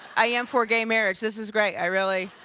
i am for gay marriage. this is great. i really